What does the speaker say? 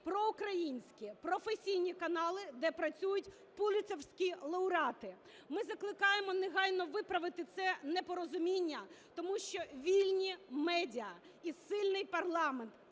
проукраїнські професійні канали, де працюють пулітцерівські лауреати. Ми закликаємо негайно виправити це непорозуміння, тому що вільні медіа і сильний парламент